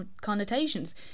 connotations